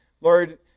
Lord